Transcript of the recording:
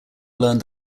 learned